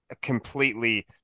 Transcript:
completely